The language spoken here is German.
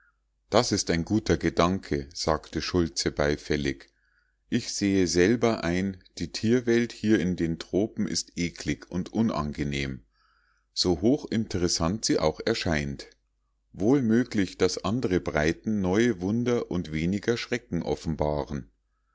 das ist ein guter gedanke sagte schultze beifällig ich sehe selber ein die tierwelt hier in den tropen ist eklig und unangenehm so hochinteressant sie auch erscheint wohl möglich daß andre breiten neue wunder und weniger schrecken offenbaren